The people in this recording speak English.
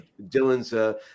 Dylan's –